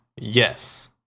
Yes